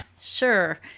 Sure